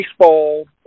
baseball